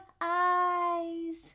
eyes